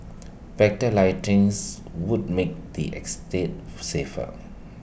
better lightings would make the estate safer